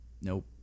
Nope